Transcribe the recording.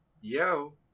Yo